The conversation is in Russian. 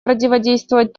противодействовать